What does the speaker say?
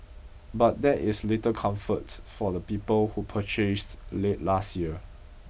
but that is little comfort for the people who purchased late last year